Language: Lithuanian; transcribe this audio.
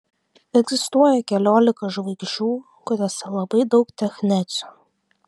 egzistuoja keliolika žvaigždžių kuriose labai daug technecio